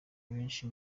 benshi